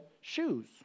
shoes